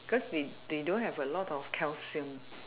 cause they they don't have a lot of calcium